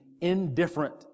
indifferent